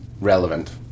relevant